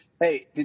Hey